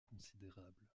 considérable